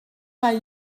pas